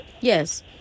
Yes